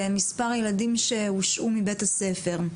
למספר הילדים שהושעו מבית הספר,